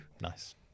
nice